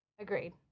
Agreed